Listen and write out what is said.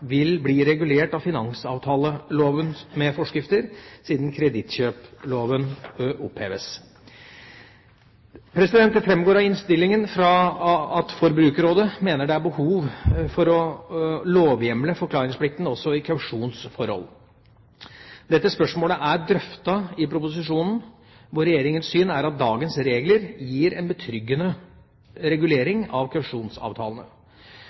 vil bli regulert av finansavtaleloven med forskrifter, siden kredittkjøpsloven oppheves. Det framgår av innstillingen at Forbrukerrådet mener det er behov for å lovhjemle forklaringsplikten også i kausjonsforhold. Dette spørsmålet er drøftet i proposisjonen, hvor Regjeringas syn er at dagens regler gir en betryggende